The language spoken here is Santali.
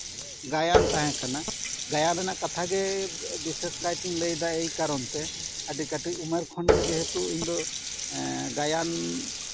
ᱜᱟᱭᱟᱱ ᱛᱟᱦᱮᱸ ᱠᱟᱱᱟ ᱜᱟᱭᱟᱱ ᱨᱮᱱᱟᱜ ᱠᱟᱛᱷᱟ ᱜᱮ ᱵᱤᱥᱮᱥ ᱠᱟᱭ ᱛᱤᱧ ᱞᱟᱹᱭᱫᱟ ᱮᱭ ᱠᱟᱨᱚᱱ ᱛᱮ ᱟᱹᱰᱤ ᱠᱟᱹᱴᱤᱡ ᱩᱢᱟᱹᱨ ᱠᱷᱚᱱ ᱜᱮ ᱡᱮᱦᱮᱛᱩ ᱤᱧ ᱫᱚ ᱮᱜ ᱜᱟᱭᱟᱱ